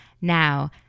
Now